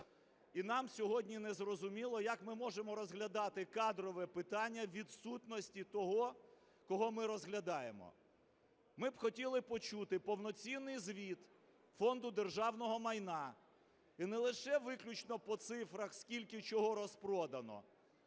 і нам сьогодні не зрозуміло, як ми можемо розглядати кадрове питання за відсутності того, кого ми розглядаємо. Ми б хотіли почути повноцінний звіт Фонду державного майна, і не лише виключно по цифрах, скільки чого розпродано,